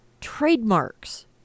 Trademarks